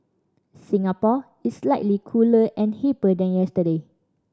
Singapore is slightly cooler and hipper than yesterday